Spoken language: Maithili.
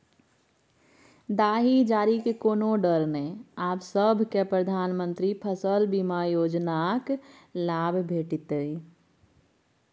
दाही जारीक कोनो डर नै आब सभकै प्रधानमंत्री फसल बीमा योजनाक लाभ भेटितै